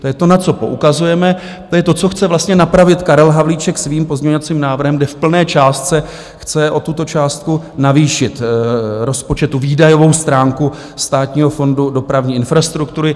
To je to, na co poukazujeme, to je to, co chce vlastně napravit Karel Havlíček svým pozměňovacím návrhem, kde v plné částce chce o tuto částku navýšit rozpočet, výdajovou stránku Státního fondu dopravní infrastruktury.